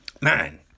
Man